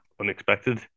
unexpected